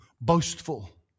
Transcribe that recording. boastful